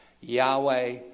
Yahweh